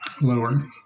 Lower